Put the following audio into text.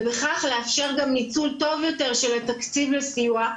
ובכך לאפשר גם ניצול טוב יותר של התקציב לסיוע,